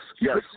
yes